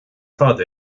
fad